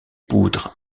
poudres